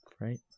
right